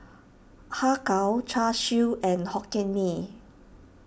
Har Kow Char Siu and Hokkien Mee